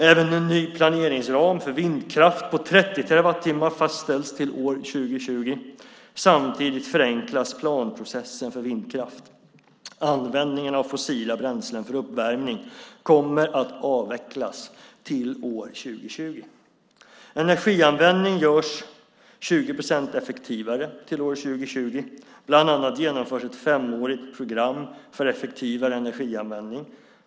Även en ny planeringsram för vindkraft på 30 terawattimmar fastställs till år 2020. Samtidigt förenklas planprocessen för vindkraft. Användningen av fossila bränslen för uppvärmning kommer att avvecklas till år 2020. Energianvändning görs 20 procent effektivare till år 2020. Bland annat genomförs ett femårigt program för effektivare energianvändning.